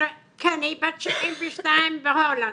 כן, היא בת 72, בהולנד,